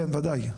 כן, ודאי.